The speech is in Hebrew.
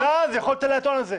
ואז יכולת לטעון את זה.